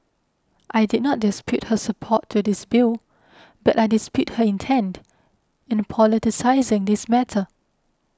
I did not dispute her support to this bill but I dispute her intent in politicising this matter